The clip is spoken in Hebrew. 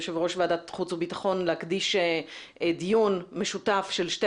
יו"ר ועדת חוץ וביטחון להקדיש דיון משותף של שתי